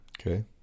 Okay